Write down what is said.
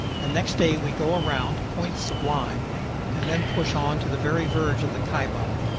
and next day we go around to point sublime and then push on to the very verge of the kaibab,